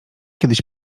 kiedyś